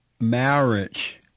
marriage